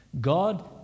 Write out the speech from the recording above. God